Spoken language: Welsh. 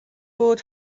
bod